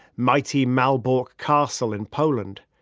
mighty marburg castle in poland,